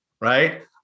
right